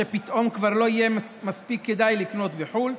שפתאום כבר לא יהיה מספיק כדאי לקנות בחו"ל,